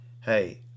hey